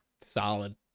Solid